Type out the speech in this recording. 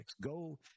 Go